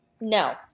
no